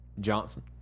Johnson